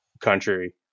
country